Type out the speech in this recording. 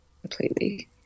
completely